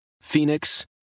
Phoenix